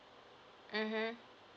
mmhmm